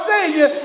Savior